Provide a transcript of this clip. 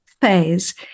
phase